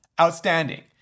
outstanding